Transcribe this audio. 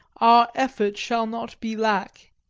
our effort shall not be lack.